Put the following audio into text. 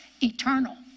Eternal